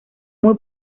muy